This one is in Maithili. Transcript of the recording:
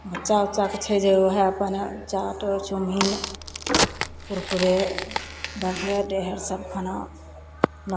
बच्चा उच्चाके छै जे उएह अपन चाट चाउमीन कुरकुरे बर्गर इएह सब छै खाना